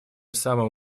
самым